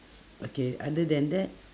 s~ okay other than that